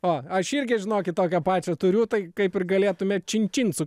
o aš irgi žinokit tokią pačią turiu tai kaip ir galėtume čin čin su